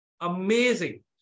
amazing